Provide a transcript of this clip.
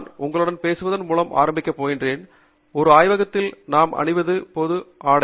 நான் உங்களுடன் பேசுவதன் மூலம் ஆரம்பிக்கப் போகிறேன் ஒரு ஆய்வகத்தில் நாம் அணிவது பொது ஆடை